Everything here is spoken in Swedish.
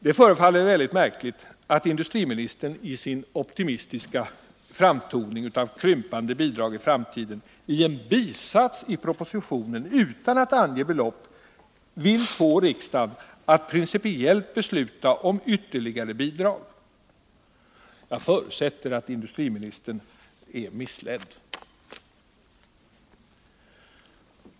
Det förefaller märkligt att industriministern, i sin optimistiska framtoning av krympande bidrag i framtiden, genom en bisats i propositionen utan att ange belopp vill få riksdagen att principiellt besluta om ytterligare bidrag. Jag förutsätter att industriministern är missledd.